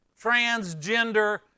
transgender